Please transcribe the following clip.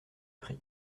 prix